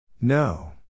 No